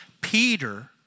Peter